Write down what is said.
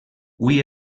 hui